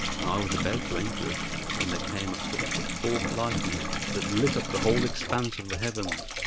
and i was about to enter it when there came a flash of forked-lightning that lit up the whole expanse of the heavens.